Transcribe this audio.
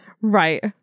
Right